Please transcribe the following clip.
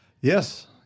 Yes